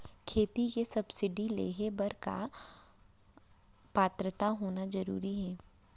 खेती के सब्सिडी लेहे बर का पात्रता होना जरूरी हे?